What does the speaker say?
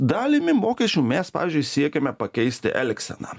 dalimi mokesčių mes pavyzdžiui siekiame pakeisti elgseną